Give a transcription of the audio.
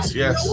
yes